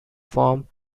form